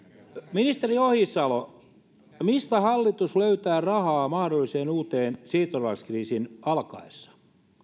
ministeri ohisalo mistä hallitus löytää rahaa mahdollisen uuden siirtolaiskriisin alkaessa